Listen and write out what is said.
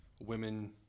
women